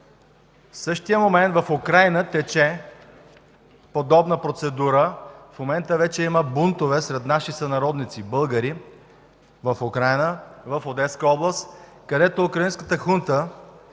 В същия момент в Украйна тече подобна процедура. В момента вече има бунтове сред наши сънародници българи в Украйна, в Одеска област, където украинската хунта,